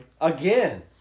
Again